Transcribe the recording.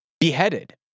beheaded